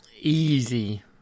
easy